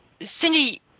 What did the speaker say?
Cindy